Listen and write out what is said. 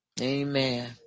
Amen